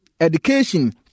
education